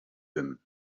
him